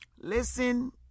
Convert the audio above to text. Listen